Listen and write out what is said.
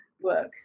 work